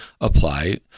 apply